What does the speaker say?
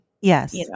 Yes